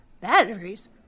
Batteries